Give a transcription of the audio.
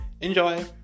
Enjoy